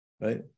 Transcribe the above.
right